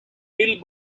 pill